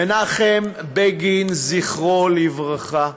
מנחם בגין, זכרו לברכה,